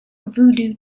voodoo